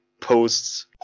posts